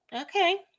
Okay